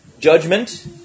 Judgment